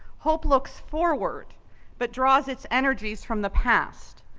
hope looks forward but draws its energies from the past,